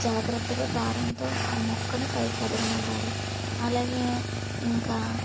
జాగ్రత్తగా దారంతో ఆ మొక్కను పైకి ఎదగనివ్వాలి అలాగే ఇంకా